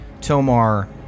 Tomar